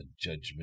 judgment